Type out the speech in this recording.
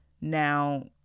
now